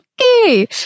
Okay